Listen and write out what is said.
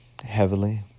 heavily